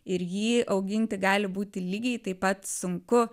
ir jį auginti gali būti lygiai taip pat sunku